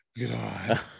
God